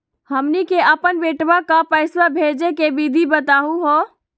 हमनी के अपन बेटवा क पैसवा भेजै के विधि बताहु हो?